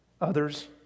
Others